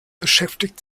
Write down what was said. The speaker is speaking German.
beschäftigt